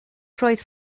roedd